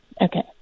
Okay